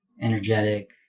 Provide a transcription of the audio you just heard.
energetic